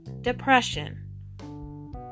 depression